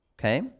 okay